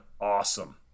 awesome